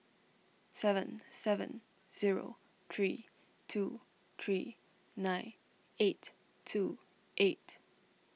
seven seven zero three two three nine eight two eight